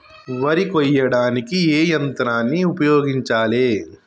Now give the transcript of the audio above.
వరి కొయ్యడానికి ఏ యంత్రాన్ని ఉపయోగించాలే?